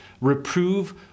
Reprove